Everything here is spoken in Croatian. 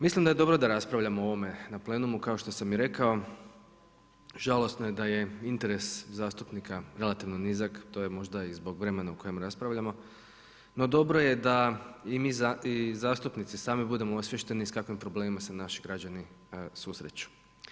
Mislim da je dobro da raspravljamo o ovome na plenumu kao što sam i rekao, žalosno je da je interes zastupnika relativno nizak, to je možda i zbog vremena u kojem raspravljamo, no dobro je da i mi zastupnici sami budemo osviješteni s kakvim problemima se naši građani susreću.